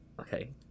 okay